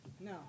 No